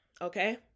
okay